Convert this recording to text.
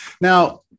Now